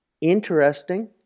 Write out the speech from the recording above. interesting